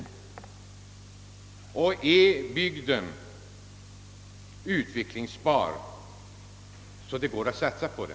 Man vill veta om bygden är ut vecklingsbar så att det går att satsa på den.